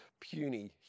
puny